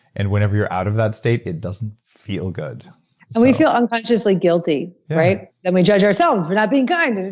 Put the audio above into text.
and whenever you're out of that state it doesn't feel good and we feel unconsciously guilty and we judge ourselves for not being kind and